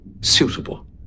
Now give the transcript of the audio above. suitable